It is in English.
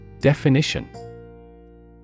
Definition